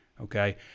Okay